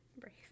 brave